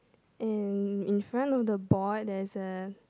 in in front of the board there is a